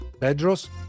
Pedro's